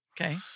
Okay